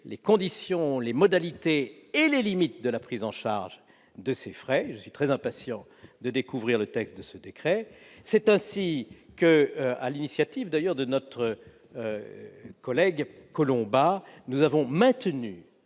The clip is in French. les conditions, les modalités et les limites de leur prise en charge. Je suis très impatient de découvrir la teneur de ce décret. C'est ainsi que, sur l'initiative de notre collègue Collombat, nous avons maintenu